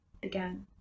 began